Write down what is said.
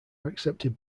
accepted